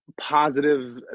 positive